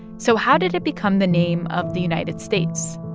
so how did it become the name of the united states?